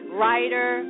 writer